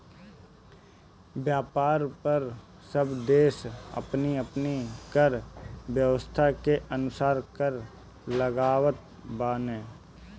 व्यापार पअ सब देस अपनी अपनी कर व्यवस्था के अनुसार कर लगावत बाने